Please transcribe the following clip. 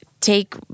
take